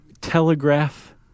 telegraph